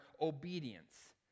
obedience